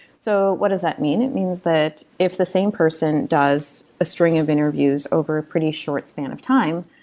so what does that mean? it means that if the same person does a string of interviews over a pretty short span of time,